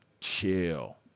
chill